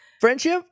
Friendship